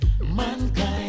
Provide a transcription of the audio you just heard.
Mankind